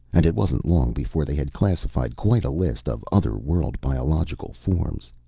and it wasn't long before they had classified quite a list of other-world biological forms.